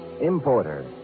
importer